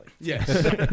Yes